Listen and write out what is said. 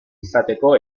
izateko